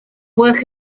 work